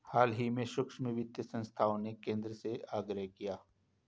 हाल ही में सूक्ष्म वित्त संस्थाओं ने केंद्र से आग्रह किया है